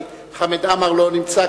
חבר הכנסת חמד עמאר לא נמצא,